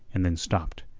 and then stopped,